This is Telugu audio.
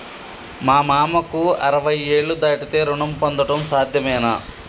మా మామకు అరవై ఏళ్లు దాటితే రుణం పొందడం సాధ్యమేనా?